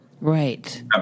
Right